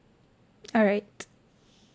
alright